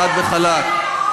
חד וחלק.